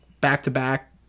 Back-to-back